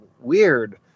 weird